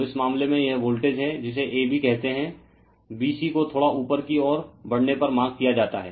तो इस मामले में यह वोल्टेज है जिसे a b कहते हैं b c को थोड़ा ऊपर की ओर बढ़ने पर मार्क किया जाता है